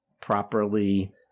properly